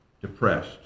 Depressed